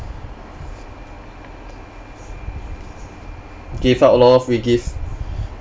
give out lor free gift